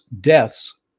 deaths